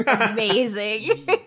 Amazing